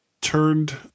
turned